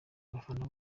abafana